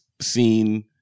seen